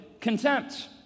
contempt